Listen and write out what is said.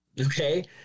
okay